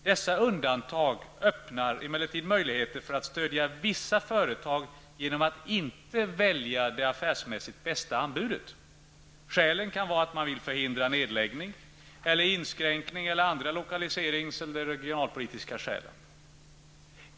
Dessa undantag öppnar emellertid möjligheter för att stödja vissa företag genom att inte välja det affärsmässigt bästa anbudet. Skälen kan vara att man vill förhindra nedläggning eller inskränkning, eller andra lokaliserings eller regionalpolitiska omständigheter.